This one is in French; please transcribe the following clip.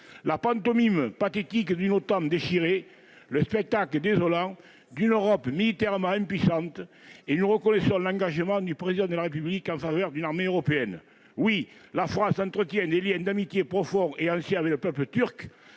la pantomime pathétique d'une OTAN déchirée, le spectacle désolant d'une Europe militairement impuissante- et nous reconnaissons l'engagement du Président de la République en faveur d'une armée européenne. Oui, la France entretient des liens d'amitié profonds et anciens avec le peuple turc